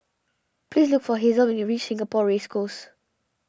please look for Hasel when you reach Singapore Race Course